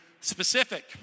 specific